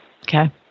Okay